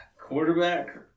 Quarterback